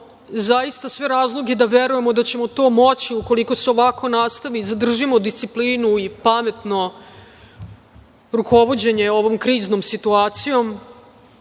zaista sve razloge da verujemo da ćemo to moći ukoliko se ovako nastavi, da zadržimo disciplinu i pametno rukovođenje ovom kriznom situacijom,